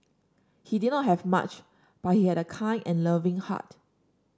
he did not have much but he had a kind and loving heart